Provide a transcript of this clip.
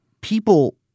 people